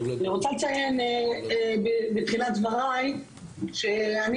אני רוצה לציין בתחילת דבריי שאני,